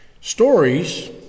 Stories